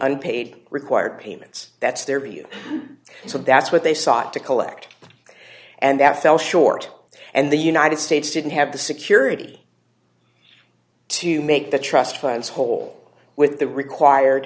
unpaid required payments that's their view so that's what they sought to collect and that fell short and the united states didn't have the security to make the trust funds whole with the required